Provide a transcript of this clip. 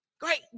Great